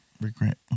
Regret